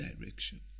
direction